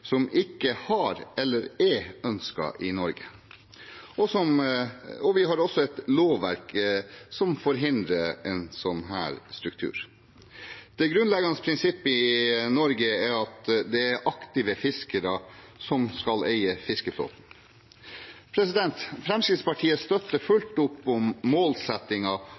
som en ikke har ønsket, eller som ikke er ønsket, i Norge, og vi har også et lovverk som forhindrer en slik struktur. Det grunnleggende prinsippet i Norge er at det er aktive fiskere som skal eie fiskeflåten. Fremskrittspartiet støtter fullt opp om